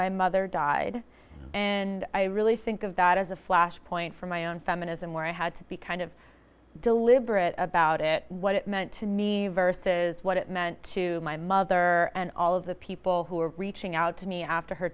my mother died and i really think of that as a flash point for my own feminism where i had to be kind of deliberate about it what it meant to me versus what it meant to my mother and all of the people who were reaching out to me after her